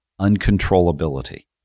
uncontrollability